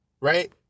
Right